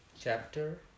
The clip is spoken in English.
Chapter